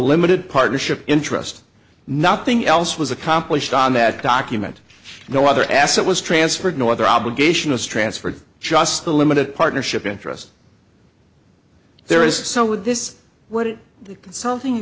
limited partnership interest nothing else was accomplished on that document no other asset was transferred no other obligation is transferred just the limited partnership interest there is some with this what is that something